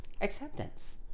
Acceptance